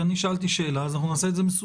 כי אני שאלתי שאלה, אז אנחנו נעשה את זה מסודר.